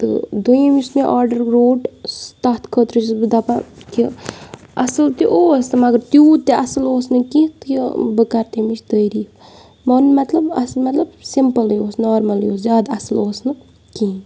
تہٕ دوٚیِم یُس مےٚ آڈَر روٹ سُہ تَتھ خٲطرٕ چھَس بہٕ دَپان کہِ اَصٕل تہِ اوس تہٕ مگر تیوٗت تہِ اَصٕل اوس نہٕ کینٛہہ تہٕ یہِ بہٕ کَرٕ تَمِچ تٲریٖف وَنُن مطلب آسہِ مطلب سِمپٕلٕے اوس نارمَلٕے اوس زیادٕ اَصٕل اوس نہٕ کِہیٖنۍ